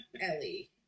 ellie